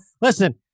listen